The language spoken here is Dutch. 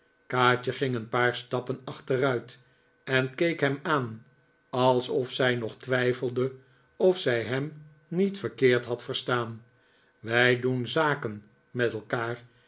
kaatje ging een paar stappen achteruit en keek hem aan alsof zij nog twijfelde of zij hem niet verkeerd had verstaan wij doen zaken met elkaar